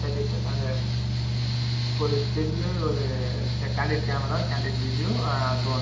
thirty five அது ஒரு still ஒரு கே candid camera candid video drone